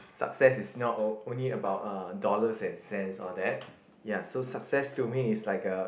success is not on only about ah dollars and cents all that ya so success to me is like a